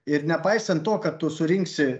ir nepaisant to kad tu surinksi